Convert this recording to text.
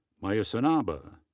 maya sanaba,